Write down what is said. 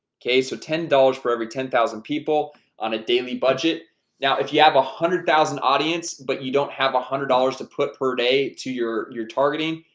okay. so ten dollars for every ten thousand people on a daily budget now if you have a hundred thousand audience but you don't have a hundred dollars to put per day to your your targeting.